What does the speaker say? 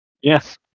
Yes